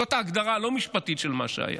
זאת ההגדרה הלא-המשפטית של מה שהיה.